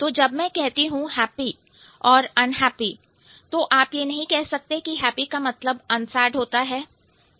तो जब मैं कहती हूं happy हैप्पी और unhappy अनहैप्पी तो आप यह नहीं कह सकते कि happy का मतलब unsad होता है यह संभव नहीं है